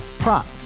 Prop